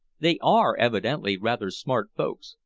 they are evidently rather smart folks.